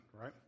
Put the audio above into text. right